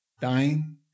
dying